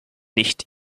nicht